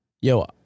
Yo